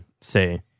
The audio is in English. say